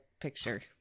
picture